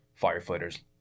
firefighters